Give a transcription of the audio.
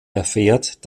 erfährt